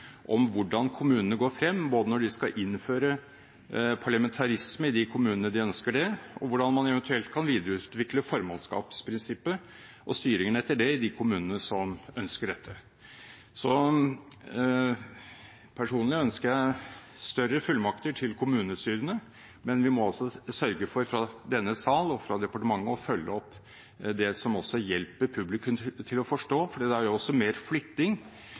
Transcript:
om hvordan kommunene går frem, både når de skal innføre parlamentarisme, i de kommunene de ønsker det, og hvordan man eventuelt kan videreutvikle formannskapsprinsippet og styringen etter det, i de kommunene som ønsker dette. Så personlig ønsker jeg større fullmakter til kommunestyrene, men vi må sørge for – fra denne sal og fra departementet – å følge opp det som også hjelper publikum til å forstå, for det er jo mer flytting